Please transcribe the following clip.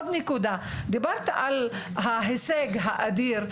הנה עוד נקודה: דיברת על ההישג האדיר,